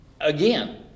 again